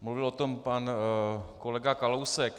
Mluvil o tom pan kolega Kalousek.